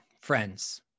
friends